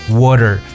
water